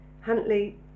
Huntley